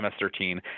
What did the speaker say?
MS-13